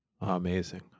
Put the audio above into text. Amazing